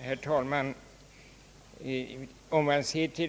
Herr talman!